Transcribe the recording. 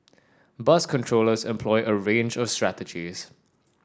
bus controllers employ a range of strategies